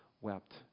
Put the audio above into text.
wept